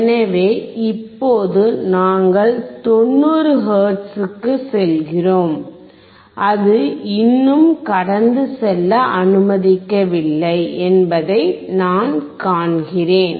எனவே இப்போது நாங்கள் 90 ஹெர்ட்ஸுக்குச் செல்கிறோம் அது இன்னும் கடந்து செல்ல அனுமதிக்கவில்லை என்பதை நான் காண்கிறேன்